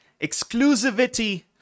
Exclusivity